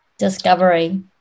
discovery